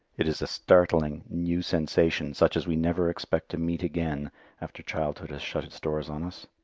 it is a startling, new sensation such as we never expect to meet again after childhood has shut its doors on us.